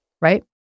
right